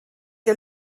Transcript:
ihr